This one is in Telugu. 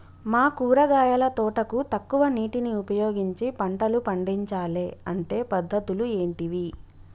మా కూరగాయల తోటకు తక్కువ నీటిని ఉపయోగించి పంటలు పండించాలే అంటే పద్ధతులు ఏంటివి?